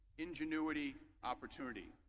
ingenuity opportunity